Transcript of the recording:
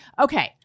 Okay